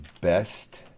best